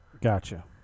Gotcha